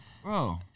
Bro